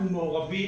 אנחנו מעורבים.